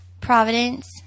Providence